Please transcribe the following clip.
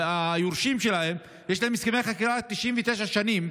ליורשים שלהם יש הסכמי חכירה ל-99 שנים,